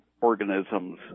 organisms